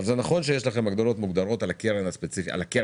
זה נכון שיש לכם הגדרות על הקרן עצמה,